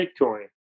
Bitcoin